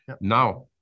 Now